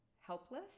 helpless